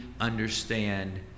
understand